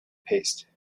paste